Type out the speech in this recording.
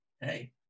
hey